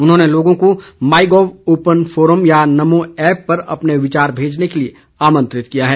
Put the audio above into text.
उन्होंने लोगों को माई गॉव ओपन फोरम या नमोऐप पर अपने विचार भेजने के लिए आमंत्रित किया है